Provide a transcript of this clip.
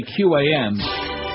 QAM